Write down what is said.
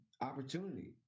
opportunity